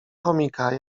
chomika